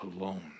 alone